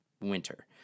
winter